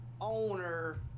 owner